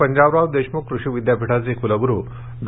पंजाबराव देशमुख कृषी विद्यापीठाचे कुलगुरू डॉ